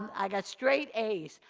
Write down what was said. i got straight as.